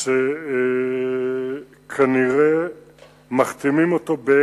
לי כי הוא הסכים לחתום על מסמך שלפיו